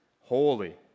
holy